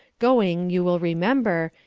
going, you will remember,